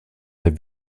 der